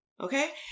okay